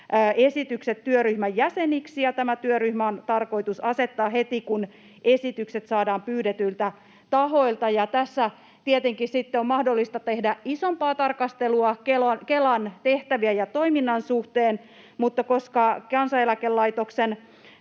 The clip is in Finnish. esitykset työryhmän jäseniksi, ja tämä työryhmä on tarkoitus asettaa heti, kun esitykset saadaan pyydetyiltä tahoilta. Tässä tietenkin on mahdollista tehdä isompaa tarkastelua Kelan tehtävien ja toiminnan suhteen, mutta koska Kansaneläkelaitoksen